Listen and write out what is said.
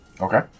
Okay